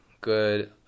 good